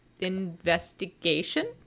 investigation